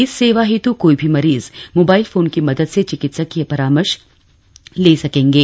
इस सेवा हेतु कोई भी मरीज मोबाइल फोन की मदद से चिकित्सकीय परामर्श ले सकेगे